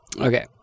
okay